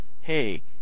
hey